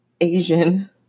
Asian